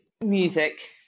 Music